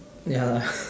ya lah